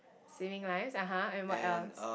saving lives (aha) and what else